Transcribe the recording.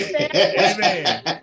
Amen